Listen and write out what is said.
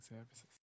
services